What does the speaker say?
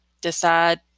decide